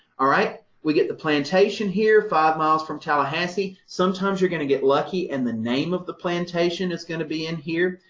we get the plantation here, five miles from tallahassee. sometimes you're going to get lucky and the name of the plantation is going to be in here.